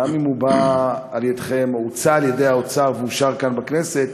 גם אם הוא בא על-ידיכם או הוצע על-ידי האוצר ואושר כאן בכנסת,